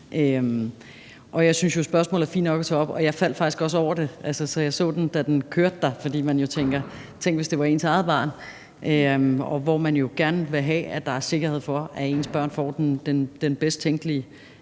Jeg synes jo, at spørgsmålet er fint nok at tage op, og jeg faldt faktisk også over det, så jeg så det, da det kørte der, fordi man jo tænker: Tænk, hvis det var ens eget barn. Man vil jo gerne have, at der er sikkerhed for, at ens børn får den bedst tænkelige